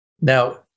Now